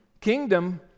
kingdom